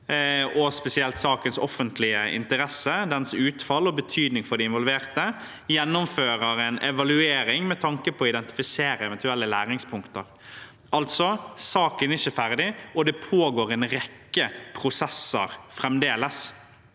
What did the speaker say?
og spesielt sakens offentlige interesse, dens utfall og betydning for de involverte – en evaluering med tanke på å identifisere eventuelle læringspunkter. Altså: Saken er ikke ferdig, og det pågår en rekke prosesser fremdeles.